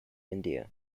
india